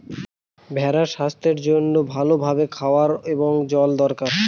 ভেড়ার স্বাস্থ্যের জন্য ভালো ভাবে খাওয়ার এবং জল দরকার